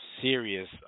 serious